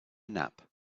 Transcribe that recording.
nap